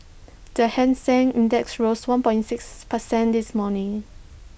the hang Seng index rose one point six per cent this morning